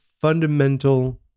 fundamental